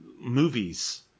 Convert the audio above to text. movies